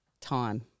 time